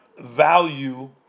value